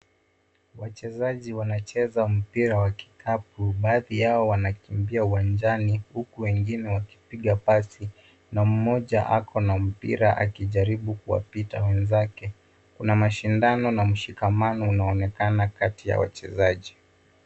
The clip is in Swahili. Wachezaji wanacheza mpira wa kikapu baadhi yao wanakimbia uwanjani huku wengi wakipika bas. Na moja ako na mpira akijaribu kuwapita wenzake. Kuna mashindano na mashikamano unaonekana kati wa wachezaji.